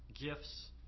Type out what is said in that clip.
gifts